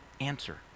answer